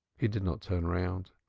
he did not turn round.